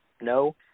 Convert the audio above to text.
no